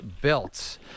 built